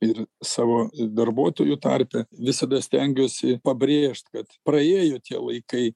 ir savo darbuotojų tarpe visada stengiuosi pabrėžti kad praėjo tie laikai